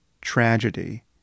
tragedy